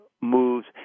moves